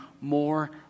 more